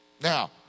Now